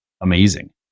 amazing